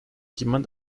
jemand